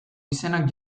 izenak